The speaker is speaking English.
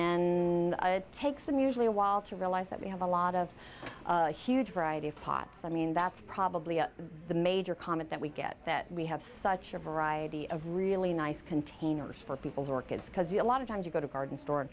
then takes them usually a while to realize that we have a lot of a huge variety of pots i mean that's probably the major comment that we get that we have such a variety of really nice containers for people to work at because a lot of times you go to garden store